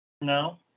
No